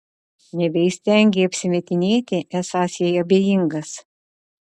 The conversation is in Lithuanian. nebeįstengei apsimetinėti esąs jai abejingas